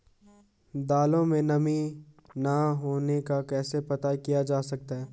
दालों में नमी न होने का कैसे पता किया जा सकता है?